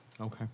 Okay